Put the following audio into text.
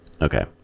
Okay